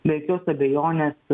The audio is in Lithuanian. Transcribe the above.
be jokios abejonės